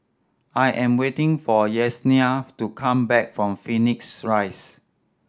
I am waiting for Yesenia to come back from Phoenix Rise